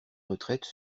retraite